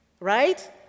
Right